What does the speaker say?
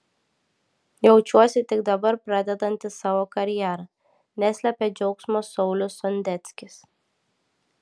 jaučiuosi tik dabar pradedantis savo karjerą neslepia džiaugsmo saulius sondeckis